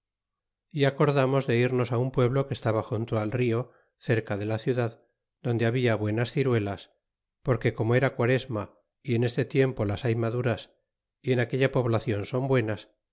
y acordamos de irnos un pueblo que estaba junto al rio cerca de la ciudad donde habia buenas ciruelas porque como era quaresma y en este tiempo las hay maduras y en aquella poblacion son buenas